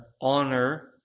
honor